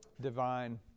divine